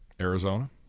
Arizona